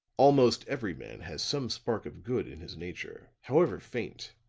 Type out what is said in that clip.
almost every man has some spark of good in his nature, however faint,